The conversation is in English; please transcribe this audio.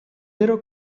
little